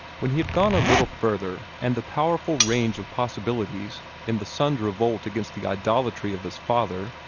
when he had gone a little further, and the powerful range of possibilities in the son's revolt against the idolatry of his father,